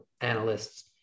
analysts